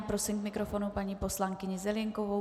Prosím k mikrofonu paní poslankyni Zelienkovou.